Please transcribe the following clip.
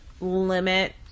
limit